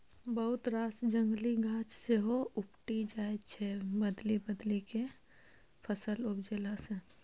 बहुत रास जंगली गाछ सेहो उपटि जाइ छै बदलि बदलि केँ फसल उपजेला सँ